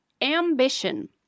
ambition